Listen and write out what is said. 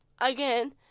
again